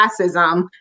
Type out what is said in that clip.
classism